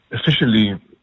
officially